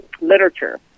literature